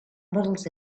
models